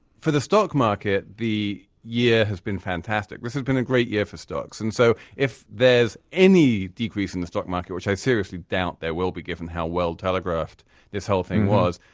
for the stock market, the year has been fantastic, this has been a great year for stocks. and so, if there is any decrease in the stock market, which i seriously doubt there will be given how well telegraphed this whole thing was,